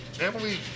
Emily